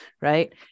Right